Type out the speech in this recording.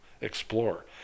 explore